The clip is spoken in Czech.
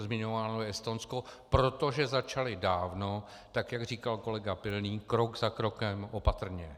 Zmiňováno je Estonsko, protože začali dávno, tak jak říkal kolega Pilný, krok za krokem, opatrně.